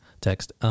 text